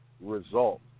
result